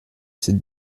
cette